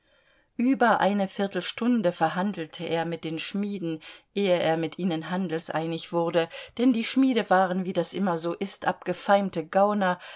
über eine viertelstunde verhandelte er mit den schmieden ehe er mit ihnen handelseinig wurde denn die schmiede waren wie das immer so ist abgefeimte gauner